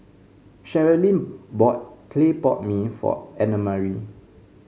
Sherilyn bought Clay Pot Mee for Annamarie